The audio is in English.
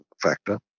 factor